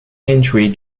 entry